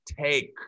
take